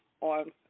on